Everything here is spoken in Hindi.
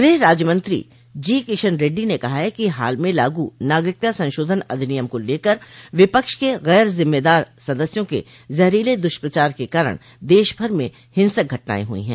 गृह राज्यमंत्री जी किशन रेड्डी ने कहा है कि हाल में लागू नागरिकता संशोधन अधिनियम को लेकर विपक्ष के गैर जिम्मेदार सदस्यों के जहरीले दुष्प्रचार के कारण देशभर में हिंसक घटनाएं हुई हैं